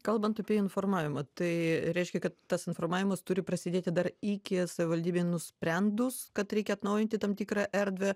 kalbant apie informavimą tai reiškia kad tas informavimas turi prasidėti dar iki savivaldybei nusprendus kad reikia atnaujinti tam tikrą erdvę